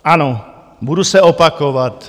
Ano, budu se opakovat.